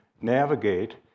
navigate